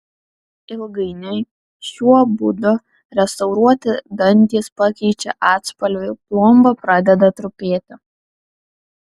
ilgainiui šiuo būdu restauruoti dantys pakeičia atspalvį plomba pradeda trupėti